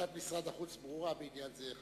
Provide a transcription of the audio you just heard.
עמדת משרד החוץ בעניין הזה ברורה,